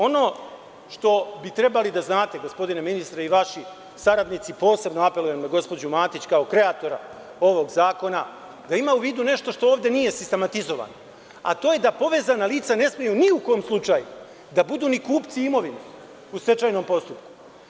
Ono što bi trebali da znate gospodine ministre i vaši saradnici, posebno apelujem na gospođu Matić, kao kreatora ovog zakona, da ima u vidu nešto što ovde nije sistematizovano, a to je da povezana lica ne smeju ni u kom slučaju da budu ni kupci imovine u stečajnom postupku.